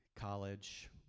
college